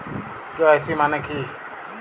KYC মানে কী?